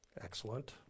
Excellent